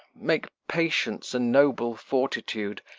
make patience a noble fortitude,